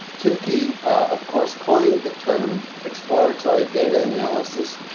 tookie of course coined the term exploratory data analysis.